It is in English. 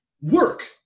work